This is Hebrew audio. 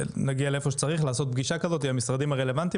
ונגיע לאיפה שצריך לעשות פגישה כזאת עם המשרדים הרלוונטיים